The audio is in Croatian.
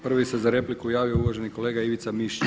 Prvi se za repliku javio uvaženi kolega Ivica Mišić.